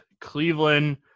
Cleveland